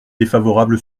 défavorable